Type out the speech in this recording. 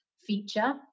feature